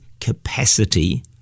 capacity